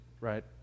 right